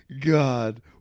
god